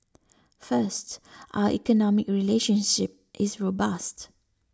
first our economic relationship is robust